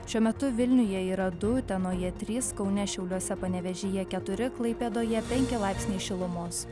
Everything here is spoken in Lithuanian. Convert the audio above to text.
šiuo metu vilniuje yra du utenoje trys kaune šiauliuose panevėžyje keturi klaipėdoje penki laipsniai šilumos